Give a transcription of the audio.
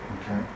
Okay